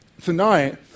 tonight